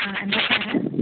ആ എന്താ സാറെ